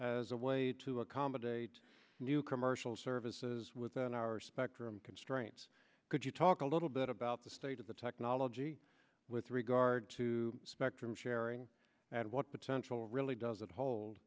as a way to accommodate new commercial services within our spectrum constraints could you talk a little bit about the state of the technology with regard to spectrum sharing and what potential really does it hold